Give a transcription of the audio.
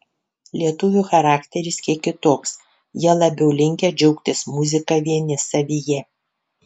lietuvių charakteris kiek kitoks jie labiau linkę džiaugtis muzika vieni savyje